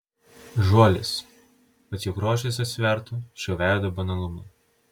žuolis kad jo grožis atsvertų šio veido banalumą